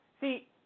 See